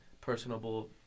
personable